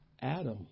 Adam